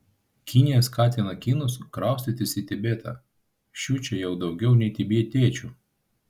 kinija skatina kinus kraustytis į tibetą šių čia jau daugiau nei tibetiečių